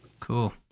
cool